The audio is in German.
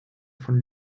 von